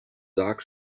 sag